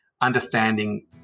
understanding